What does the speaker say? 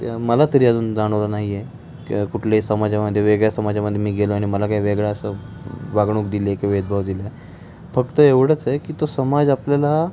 ते मला तरी अजून जाणवलं नाही आहे किंवा कुठल्याही समाजामध्ये वेगळ्या समाजामध्ये मी गेलो आहे आणि मला काय वेगळा असं वागणूक दिले किंवा भेदभाव दिला आहे फक्त एवढंच आहे की तो समाज आपल्याला